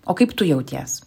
o kaip tu jauties